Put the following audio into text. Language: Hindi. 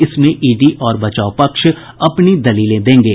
इसमें ईडी और बचाव पक्ष अपनी दलीलें देंगे